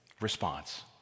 response